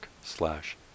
slash